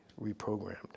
reprogrammed